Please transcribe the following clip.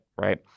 right